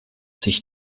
sich